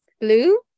Blue